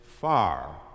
far